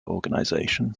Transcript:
organisation